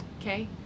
Okay